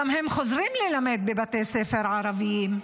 והם גם חוזרים ללמד בבתי ספר ערביים.